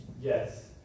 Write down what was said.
Yes